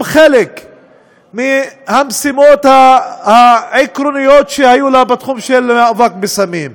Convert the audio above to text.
חלק מהמשימות העקרוניות שהיו לה בתחום של המאבק בסמים.